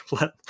let